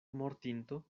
mortinto